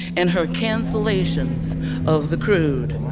and her cancellations of the crude.